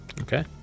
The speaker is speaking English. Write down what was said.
Okay